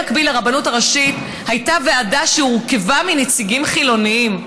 במקביל לרבנות הראשית הייתה ועדה שהורכבה מנציגים חילונים,